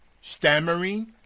stammering